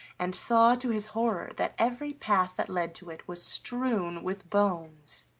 and saw to his horror that every path that led to it was strewn with bones.